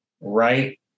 right